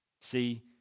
See